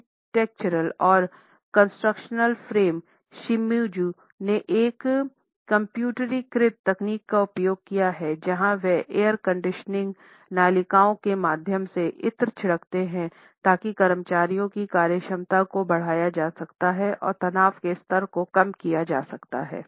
architectural और construction firm Shimizu ने एक कम्प्यूटरीकृत तकनीक का उपयोग किया है जहाँ वह एयर कंडीशनिंग नलिकाओं के माध्यम से इत्र छिड़कते हैं ताकि कर्मचारियों की कार्यक्षमता को बढ़ाया जा सकता है और तनाव के स्तर को कम किया जा सकता है